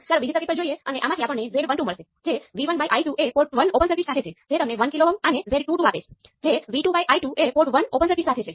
તેથી કૃપા કરીને Z11 ને 1 y11 સાથે ગૂંચવવાની ભૂલ ન કરો આ જ વસ્તુ Z22 અને y22 માટે પણ જાય છે